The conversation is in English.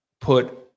put